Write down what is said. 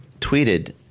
tweeted